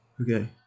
Okay